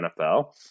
NFL